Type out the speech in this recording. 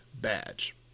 badge